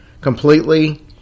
completely